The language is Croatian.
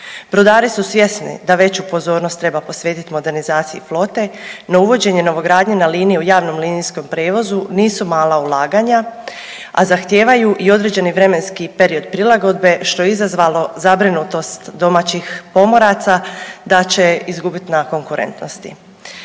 Brodari su svjesni da veću pozornost treba posvetiti modernizaciji flote no uvođenje novogradnje na liniji u javnom linijskom prijevozu nisu mala ulaganja, a zahtijevaju i određeni vremenski period prilagodbe što je izazvalo zabrinutost domaćih pomoraca da će izgubiti na konkurentnosti.